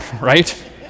right